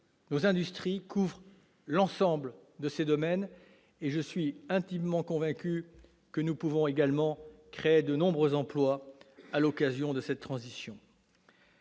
nos industries couvrant l'ensemble de ces domaines, je suis intimement convaincu que nous pouvons également créer de nombreux emplois à l'occasion de cette transition.